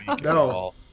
no